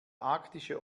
arktische